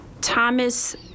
Thomas